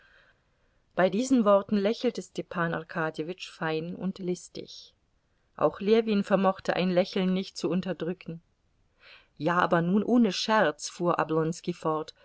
bei diesen worten lächelte stepan arkadjewitsch fein und listig auch ljewin vermochte ein lächeln nicht zu unterdrücken ja aber nun ohne scherz fuhr oblonski fort